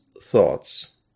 Thoughts